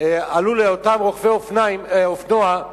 לאותם רוכבי אופנוע.